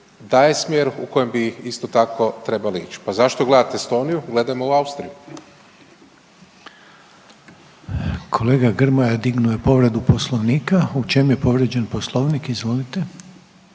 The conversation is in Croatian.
je smjer u kojem bi, isto tako trebali ići. Pa zašto gledati Estoniju, gledajmo u Austriju. **Reiner, Željko (HDZ)** Kolega Grmoja dignuo je povredu Poslovnika, u čemu je povrijeđen Poslovnik? Izvolite.